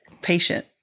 patient